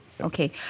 Okay